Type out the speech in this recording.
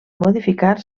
modificar